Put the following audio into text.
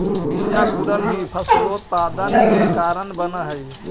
बीजांकुरण ही फसलोत्पादन के कारण बनऽ हइ